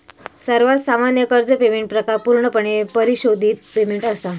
सर्वात सामान्य कर्ज पेमेंट प्रकार पूर्णपणे परिशोधित पेमेंट असा